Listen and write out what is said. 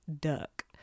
Duck